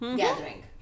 gathering